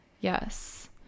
Yes